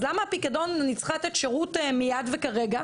אז למה הפיקדון אני צריכה לתת שירות מיד וכרגע?